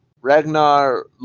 Ragnar